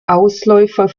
ausläufer